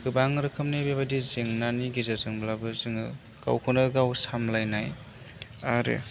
गोबां रोखोमनि बेबादि जेंनानि गेजेरजोंब्लाबो जोङो गावखौनो गाव सामलायनाय आरो